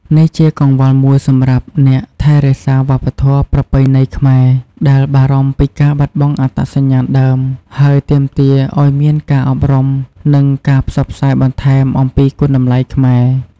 នេះជាកង្វល់មួយសម្រាប់អ្នកថែរក្សាវប្បធម៌ប្រពៃណីខ្មែរ ដែលបារម្ភពីការបាត់បង់អត្តសញ្ញាណដើម ហើយទាមទារឲ្យមានការអប់រំ និងការផ្សព្វផ្សាយបន្ថែមអំពីគុណតម្លៃខ្មែរ។